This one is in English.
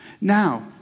Now